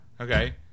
Okay